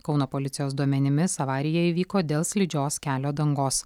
kauno policijos duomenimis avarija įvyko dėl slidžios kelio dangos